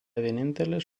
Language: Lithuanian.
vienintelis